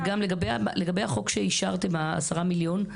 לגבי החוק שאישרת בעניין ה-10 מיליון,